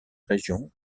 région